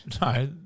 No